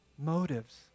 Motives